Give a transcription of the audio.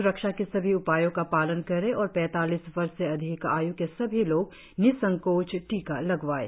स्रक्षा के सभी उपायों का पालन करें और पैतालीस वर्ष से अधिक आय् के सभी लोग निसंकोच टीका लगवाएं